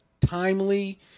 timely